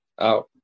out